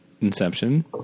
Inception